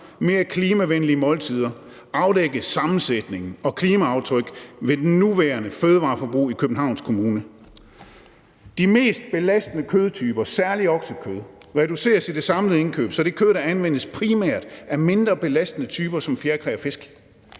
mere klimavenlige måltider og for at afdække sammensætningen og klimaaftryk ved det nuværende fødevareforbrug i Københavns Kommune. De mest belastende kødtyper, særlig oksekød, reduceres i det samlede indkøb, så det kød, der anvendes, primært er mindre belastende typer som fjerkræ og fisk.